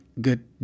good